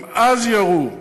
גם אז ירו,